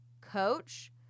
Coach